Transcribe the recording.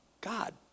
God